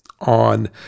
on